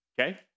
Okay